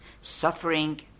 Suffering